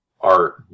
art